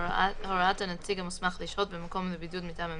הוראת הנציג המוסמך לשהות במקום לבידוד מטעם המדינה,